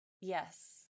Yes